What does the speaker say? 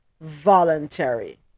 voluntary